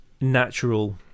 natural